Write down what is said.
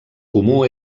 comú